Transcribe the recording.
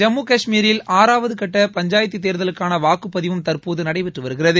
ஜம்மு கஷ்மீரில் ஆறாவது கட்ட பஞ்சாயத்து தேர்தலுக்கான வாக்குப்பதிவும் தற்போது நடைபெற்று வருகிறது